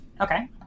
Okay